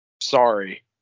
Sorry